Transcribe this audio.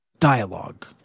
Dialogue